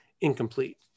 incomplete